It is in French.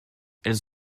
elles